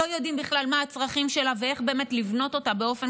לא יודעים בכלל מה הצרכים שלה ואיך באמת לבנות אותה באופן